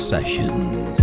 Sessions